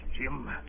Jim